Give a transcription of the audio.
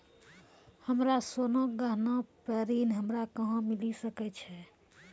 हमरो सोना के गहना पे ऋण हमरा कहां मिली सकै छै?